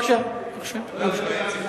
בבקשה,